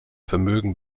vermögen